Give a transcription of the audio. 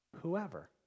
Whoever